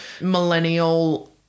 millennial